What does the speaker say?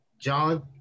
John